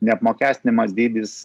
neapmokestinamas dydis